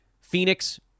Phoenix